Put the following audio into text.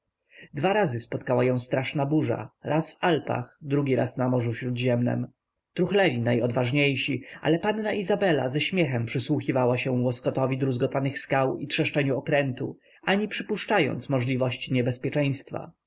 dwa razy spotkała ją straszna burza raz w alpach drugi na morzu śródziemnem truchleli najodważniejsi ale panna izabela ze śmiechem przysłuchiwała się łoskotowi druzgotanych skał i trzeszczeniu okrętu ani przypuszczając możliwości niebezpieczeństwa